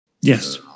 Yes